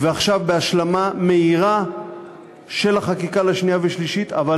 ועכשיו בהשלמה מהירה של החקיקה לקריאה שנייה ושלישית,